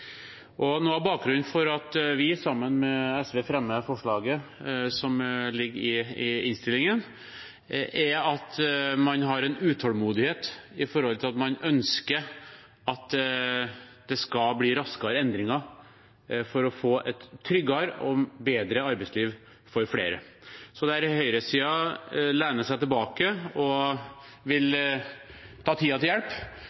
av bakgrunnen for at vi sammen med SV fremmer forslaget som ligger i innstillingen, er at man har en utålmodighet med tanke på at man ønsker at det skal bli raskere endringer for å få et tryggere og bedre arbeidsliv for flere. Så der høyresiden lener seg tilbake og vil ta tiden til hjelp,